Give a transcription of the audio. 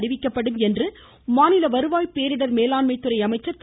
அறிவிக்கப்படும் என்று மாநில வருவாய் பேரிடர் மேலாண்மை துறை அமைச்சர் திரு